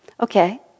Okay